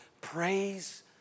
Praise